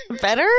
better